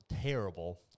terrible